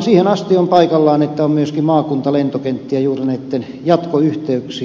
siihen asti on paikallaan että on myöskin maakuntalentokenttiä juuri näitten jatkoyhteyksien vuoksi